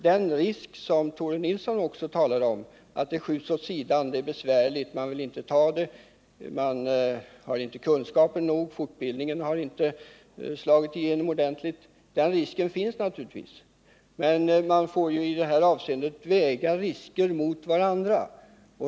Den risk som Tore Nilsson talade om — ämnet skjuts åt sidan, det är besvärligt, man vill inte ta det, man har inte Kunskaper nog, fortbildningen har inte slagit igenom ordentligt — finns naturligtvis, men man får i det här avseendet väga risker mot varandra.